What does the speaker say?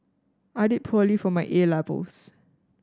I did poorly for my 'A' levels